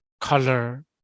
color